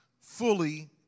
fully